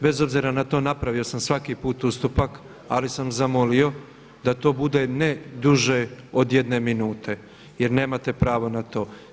Bez obzira na to napravio sam svaki put ustupak, ali sam zamolio da to bude ne duže od jedne minute jer nemate pravo na to.